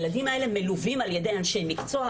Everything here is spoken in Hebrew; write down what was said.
הילדים האלה מלווים על ידי אנשי מקצוע,